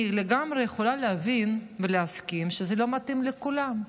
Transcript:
אני לגמרי יכולה להבין ולהסכים שזה לא מתאים לכולם.